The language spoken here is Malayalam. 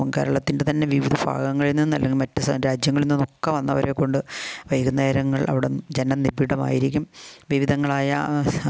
കേരളത്തിൻ്റെ തന്നെ വിവിധ ഭാഗങ്ങളിൽ നിന്നും അല്ലെങ്കിൽ മറ്റ് സ രാജ്യങ്ങളിൽ നിന്നും ഒക്കെ വന്നവരെ കൊണ്ട് വൈകുന്നേരങ്ങൾ അവിടെ ജന നിബിഡമായിരിക്കും വിവിധങ്ങളായ